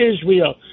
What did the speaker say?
Israel